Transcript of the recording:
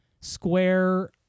Square